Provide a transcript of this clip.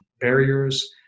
barriers